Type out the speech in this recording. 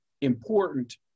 important